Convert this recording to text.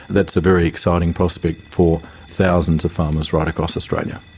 that's a very exciting prospect for thousands of farmers right across australia.